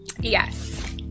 Yes